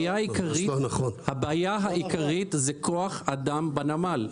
הבעיה העיקרית זה כוח אדם בנמל.